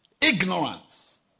Ignorance